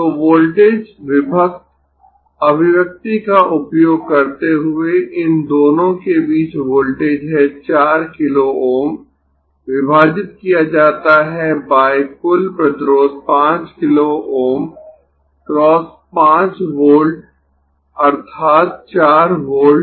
तो वोल्टेज विभक्त अभिव्यक्ति का उपयोग करते हुए इन दोनों के बीच वोल्टेज है 4 किलो Ω विभाजित किया जाता है बाय कुल प्रतिरोध 5 किलो Ω × 5 वोल्ट अर्थात 4 वोल्ट